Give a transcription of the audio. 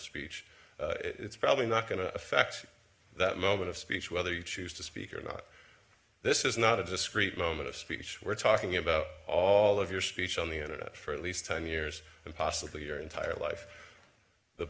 speech it's probably not going to affect that moment of speech whether you choose to speak or not this is not a discrete moment of speech we're talking about all of your speech on the internet for at least ten years and possibly your entire life the